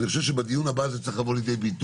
ואני חושב שבדיון הבא זה צריך לבוא לידי ביטוי,